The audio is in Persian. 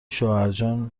شوهرجان